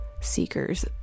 seekers